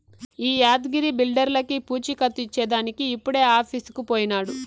ఈ యాద్గగిరి బిల్డర్లకీ పూచీకత్తు ఇచ్చేదానికి ఇప్పుడే ఆఫీసుకు పోయినాడు